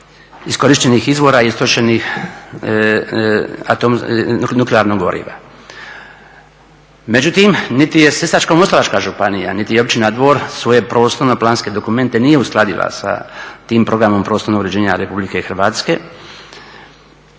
iskorištenih izvora i istrošenog nuklearnog goriva. Međutim, niti je Sisačko-moslavačka županija niti Općina Dvor svoje prostorno-planske dokumente nije uskladila sa tim Programom prostornog uređenja Republike Hrvatske,